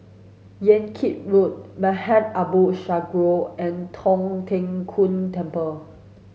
Yan Kit Road Maghain Aboth Synagogue and Tong Tien Kung Temple